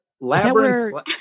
Labyrinth